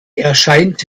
erscheint